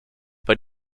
but